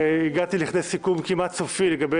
הגעתי לכדי סיכום כמעט סופי בנוגע